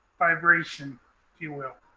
vibration, if you will?